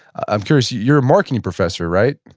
i'm curious, you're a marketing professor, right?